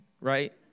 right